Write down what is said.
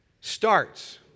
starts